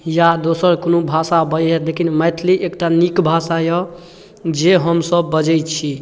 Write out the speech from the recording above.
या दोसर कोनो भाषा बजै छथि लेकिन मैथिली एकटा नीक भाषा अइ जे हमसब बाजै छी